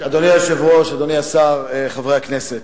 אדוני היושב-ראש, אדוני השר, חברי הכנסת,